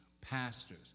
pastors